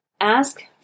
Ask